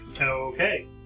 Okay